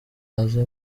aze